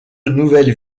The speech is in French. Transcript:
nouvelle